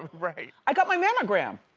right. i got my mammogram.